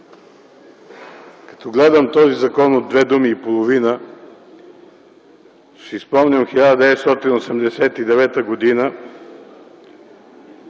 Като гледам този закон от две думи и половина, си спомням 1989 г.,